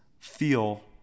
feel